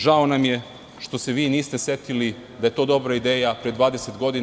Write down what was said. Žao nam je što se vi niste setili da je to dobra ideja pre 20 godina.